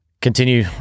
continue